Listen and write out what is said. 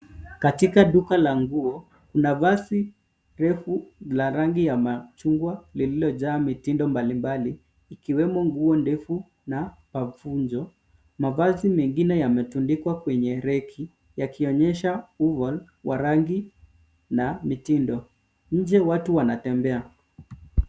Katika duka la nguo, kuna vazi refu la rangi ya machungwa lililojaa mitindo mbalimbali ikiwemo nguo ndefu na pafunjo. Mavazi mengine yametundikwa kwenye reki yakionyesha oval wa rangi na mitindo. Nje watu wanatembea.